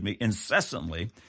incessantly